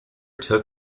took